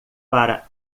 para